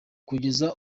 kugeza